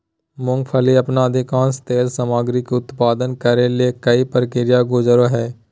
मूंगफली अपन अधिकांश तेल सामग्री के उत्पादन करे ले कई प्रक्रिया से गुजरो हइ